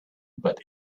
but